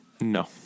No